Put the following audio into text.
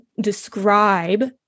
describe